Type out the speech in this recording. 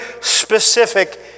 specific